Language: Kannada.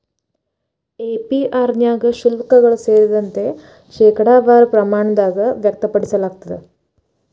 ಎ.ಪಿ.ಆರ್ ನ್ಯಾಗ ಶುಲ್ಕಗಳು ಸೇರಿದಂತೆ, ಶೇಕಡಾವಾರ ಪ್ರಮಾಣದಾಗ್ ವ್ಯಕ್ತಪಡಿಸಲಾಗ್ತದ